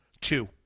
Two